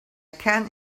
can